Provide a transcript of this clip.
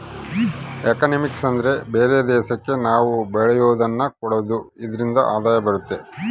economics ಅಂದ್ರೆ ಬೇರೆ ದೇಶಕ್ಕೆ ನಾವ್ ಬೆಳೆಯೋದನ್ನ ಕೊಡೋದು ಇದ್ರಿಂದ ಆದಾಯ ಬರುತ್ತೆ